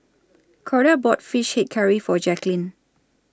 Corda bought Fish Head Curry For Jaqueline